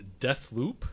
Deathloop